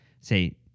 Say